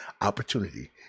opportunity